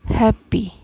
happy